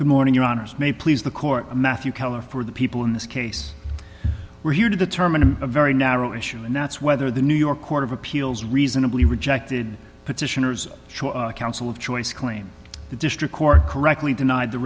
good morning your honour's may please the court matthew keller for the people in this case were here to determine a very narrow issue and that's whether the new york court of appeals reasonably rejected petitioners counsel of choice claim the district court correctly denied the